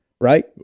right